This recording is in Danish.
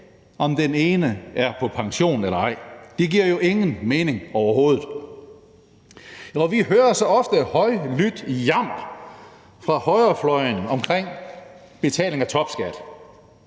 om den ene er på pension eller ej. Det giver jo ingen mening overhovedet. Vi hører så ofte hører højlydt jammer fra højrefløjen over betaling af topskat.